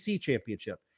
championship